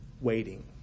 waiting